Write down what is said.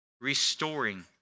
restoring